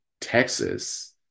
Texas